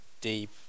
deep